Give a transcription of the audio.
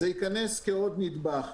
זה ייכנס כעוד נדבך.